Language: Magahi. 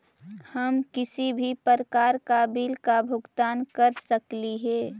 हम किसी भी प्रकार का बिल का भुगतान कर सकली हे?